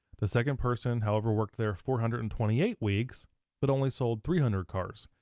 the second person, however, worked there four hundred and twenty eight weeks but only sold three hundred cars.